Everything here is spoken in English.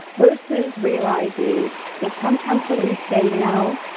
versus realizing that sometimes when you say no,